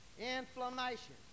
Inflammation